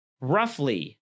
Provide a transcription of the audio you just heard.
roughly